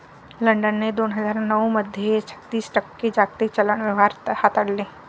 लंडनने दोन हजार नऊ मध्ये छत्तीस टक्के जागतिक चलन व्यवहार हाताळले